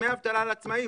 דמי אבטלה לעצמאים,